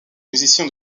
musicien